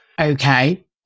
okay